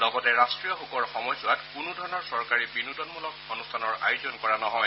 লগতে ৰাষ্ট্ৰীয় শোকৰ সময়ছোৱাত কোনো ধৰণৰ চৰকাৰী বিনোদনমূলক অনুষ্ঠানৰ আয়োজন কৰা নহয়